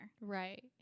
Right